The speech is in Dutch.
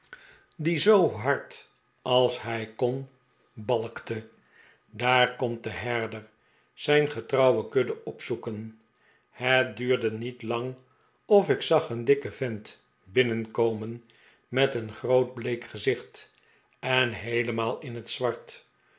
die zoo hard de pick wick clu als hij kon balkte daar kornt de herder zijn getrouwe kudde bezoeken het duurde niet lang of ik zag een dikken vent binnenkomen met een groot bleek gezicht en heelemaal in het zwart